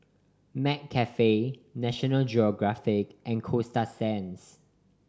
McCafe National Geographic and Coasta Sands